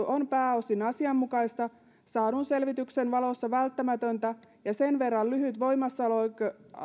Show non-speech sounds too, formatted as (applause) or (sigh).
(unintelligible) on pääosin asianmukaista saadun selvityksen valossa välttämätöntä ja sen verraten lyhyt voimassaoloaika